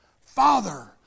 Father